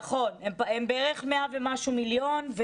נכון, זה בערך 100 ומשהו מיליון.